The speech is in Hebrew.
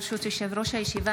ברשות יושב-ראש הישיבה,